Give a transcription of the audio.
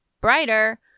brighter